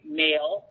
male